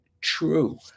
true